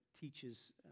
teaches